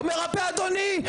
לא מרפא, אדוני?